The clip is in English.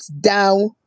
down